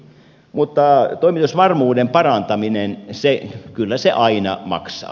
mutta toimitusvarmuuden parantaminen kyllä se aina maksaa